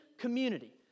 Community